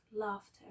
laughter